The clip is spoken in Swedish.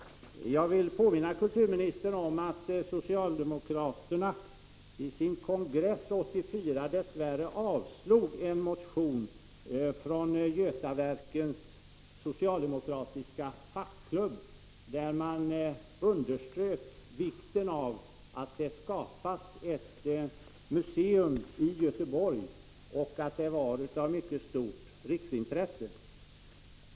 Jag vill påminna kulturministern om att socialdemokraterna vid sin kongress 1984 dess värre avslog en motion från Götaverkens socialdemokratiska fackklubb, där man underströk vikten av att det skapas ett museum i Göteborg och framhöll att det var ett mycket stort riksintresse.